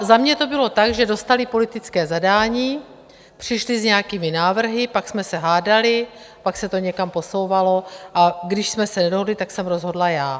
Za mě to bylo tak, že dostali politické zadání, přišli s nějakými návrhy, pak jsme se hádali, pak se to někam posouvalo, a když jsme se nedohodli, tak jsem rozhodla já.